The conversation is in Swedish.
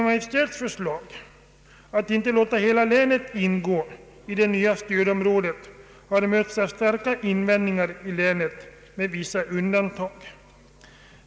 Kungl. Maj:ts förslag att inte låta hela länet ingå i det nya stödområdet har mötts av starka invändningar i länet, detta med vissa undantag.